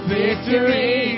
victory